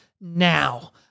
now